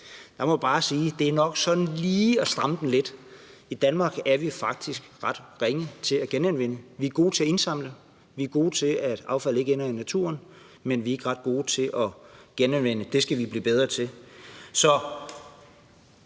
at det nok lige er at stramme den lidt. I Danmark er vi faktisk ret ringe til at genanvende. Vi er gode til at indsamle, vi er gode til at sørge for, at affaldet ikke ender i naturen, men vi er ikke ret gode til at genanvende. Det skal vi blive bedre til.